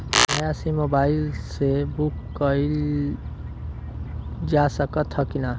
नया SIM mobile से book कइलजा सकत ह कि ना?